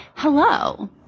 Hello